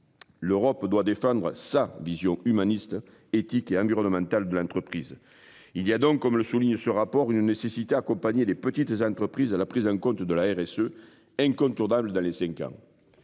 L'Europe doit défendre sa vision humaniste éthique et environnemental de l'entreprise. Il y a donc, comme le souligne ce rapport une nécessité accompagner les petites entreprises à la prise en compte de la RSE. Incontournable dans les cinq ans.